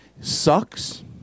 sucks